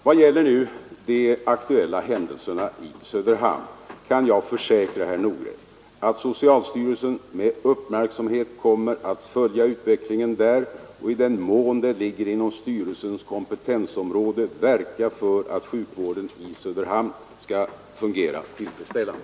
Vad gäller de aktuella händelserna i Söderhamn kan jag försäkra herr Nordgren att socialstyrelsen med uppmärksamhet kommer att följa utvecklingen där och i den mån det ligger inom styrelsens kompetensområde verka för att sjukvården i Söderhamn skall fungera tillfredsställande.